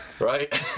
right